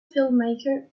filmmaker